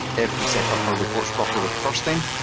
if we set up our reports properly the first time,